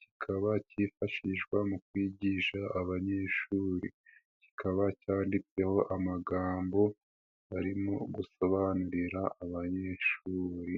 kikaba cyifashishwa mu kwigisha abanyeshuri, kikaba cyanditseho amagambo barimo gusobanurira abanyeshuri.